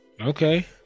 Okay